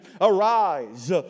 arise